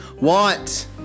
want